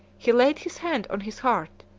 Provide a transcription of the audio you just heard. he laid his hand on his heart,